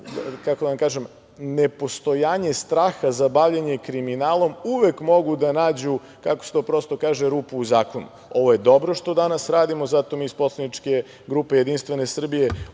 kako da vam kažem, nepostojanje straha za bavljenje kriminalom uvek mogu da nađu, kako se to prosto kaže, rupu u zakonu. Ovo je dobro što danas radimo, zato mi iz poslaničke grupe Jedinstvene Srbije